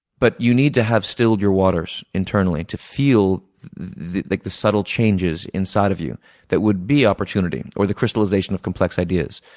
but you need to have stilled your waters internally to feel the like the subtle changes inside of you that would be opportunity or the crystallization of complex ideas,